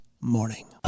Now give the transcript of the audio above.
Morning